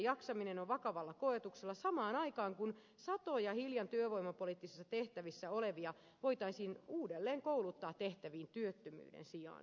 työssäjaksaminen on vakavalla koetuksella samaan aikaan kun satoja hiljan työvoimapoliittisissa tehtävissä olevia voitaisiin uudelleenkouluttaa tehtäviin työttömyyden sijaan